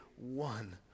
one